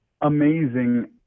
amazing